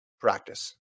practice